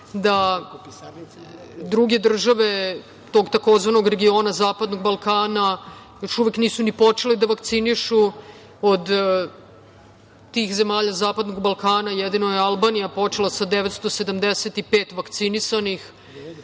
da druge države tog takozvanog regiona, Zapadnog Balkana još uvek nisu ni počeli da vakcinišu. Od tih zemalja Zapadnog Balkana jedino je Albanija počela sa 975 vakcinisanih.